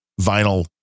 vinyl